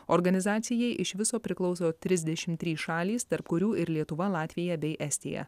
organizacijai iš viso priklauso trisdešimt trys šalys tarp kurių ir lietuva latvija bei estija